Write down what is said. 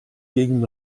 gegen